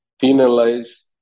penalize